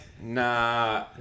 Nah